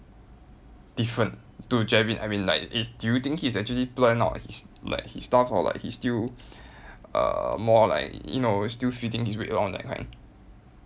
different to jervin I mean like is do you think he's actually plan out his like his stuff or like he's still uh more like you know still fiddling his way around that kind